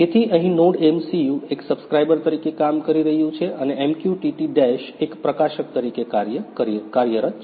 તેથી અહીં NodeMCU એક સબ્સ્ક્રાઇબર તરીકે કામ કરી રહ્યું છે અને MQTT ડેશ એક પ્રકાશક તરીકે કાર્યરત છે